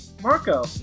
marco